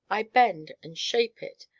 i bend and shape it,